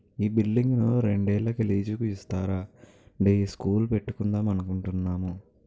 ఈ బిల్డింగును రెండేళ్ళకి లీజుకు ఇస్తారా అండీ స్కూలు పెట్టుకుందాం అనుకుంటున్నాము